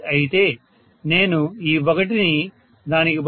8 అయితే నేను ఈ ఒకటిని దానికి బదులుగా 0